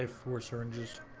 ah for syringes